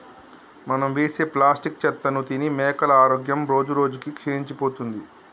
మనం వేసే ప్లాస్టిక్ చెత్తను తిని మేకల ఆరోగ్యం రోజురోజుకి క్షీణించిపోతుంది